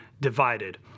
divided